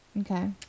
okay